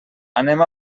anem